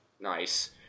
nice